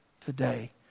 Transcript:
today